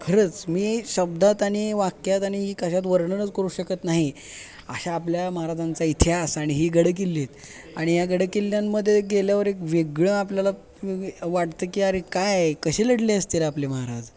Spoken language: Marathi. खरंच मी शब्दात आणि वाक्यात आणि ही कशात वर्णनच करू शकत नाही अशा आपल्या महाराजांचा इतिहास आणि ही गडकिल्ले आणि या गडकिल्ल्यांमध्ये गेल्यावर एक वेगळं आपल्याला वाटतं की अरे काय कशी लढले असतील आपले महाराज